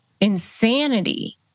insanity